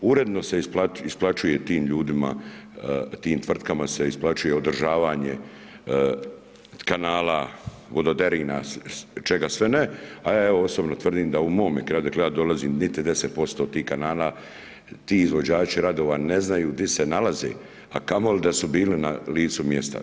Uredno se isplaćuje tim ljudima, tim tvrtkama se isplaćuje odražavanje kanala, vododerina, čega sve ne, a ja evo, osobno tvrdim da u mome kraju, odakle ja dolazim niti 10% tih kanala ti izvođači radova ne znaju di se nalaze, a kamoli da su bili na licu mjesta.